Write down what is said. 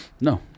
No